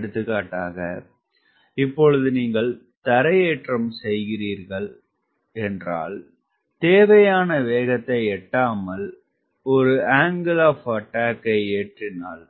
எடுத்துக்காட்டாக இப்பொழுது நீங்கள் தரையேற்றம் செய்கிறீர் என்றால் தேவையான வேகத்தை எட்டாமல் ஆங்கிள் ஆப் அட்டாக்கை ஏற்றினால்